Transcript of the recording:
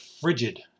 frigid